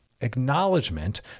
acknowledgement